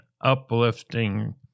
uplifting